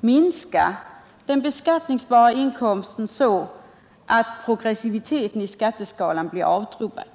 minska den beskattningsbara inkomsten så att progressiviteten i skatteskalan blir avtrubbad.